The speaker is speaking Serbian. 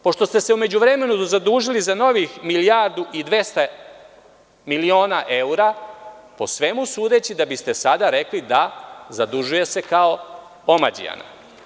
Pošto ste se u međuvremenu zadužili za novih milijardu i 200 miliona evra, po svemu sudeći da biste sada rekli da se zadužuje kao omađijana.